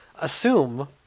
Assume